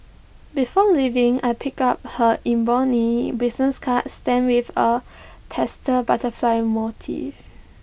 before leaving I pick up her ebony business card stamped with A pastel butterfly motif